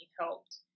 helped